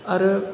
आरो